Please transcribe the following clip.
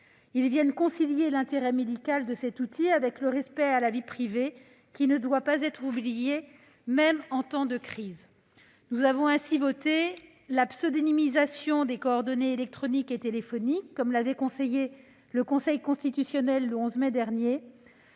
permettent de concilier l'intérêt médical de cet outil et le respect de la vie privée, qui ne doit pas être oublié, même en temps de crise. Nous avons ainsi voté la « pseudonymisation » des coordonnées électroniques et téléphoniques, comme l'avait préconisé le Conseil constitutionnel le 11 mai dernier,